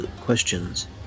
questions